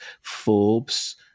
Forbes